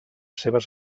seves